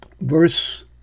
Verse